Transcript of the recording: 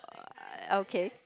uh okay